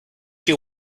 you